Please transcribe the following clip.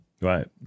Right